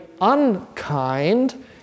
unkind